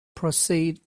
proceed